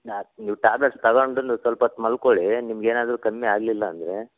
ನಾ ನೀವು ಟ್ಯಾಬ್ಲೆಟ್ಸ್ ತಗೊಂಡುನು ಸ್ವಲ್ಪೊತ್ತು ಮಲ್ಕೊಳಿ ನಿಮ್ಗೆ ಏನಾದರೂ ಕಮ್ಮಿ ಆಗಲಿಲ್ಲ ಅಂದರೆ